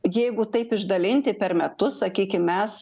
jeigu taip išdalinti per metus sakykim mes